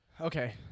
okay